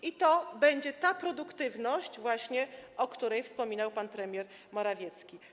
I to będzie ta produktywność właśnie, o której wspominał pan premier Morawiecki.